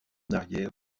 arrière